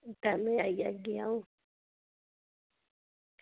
टैमै दी आई जाह्गी अं'ऊ